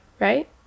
right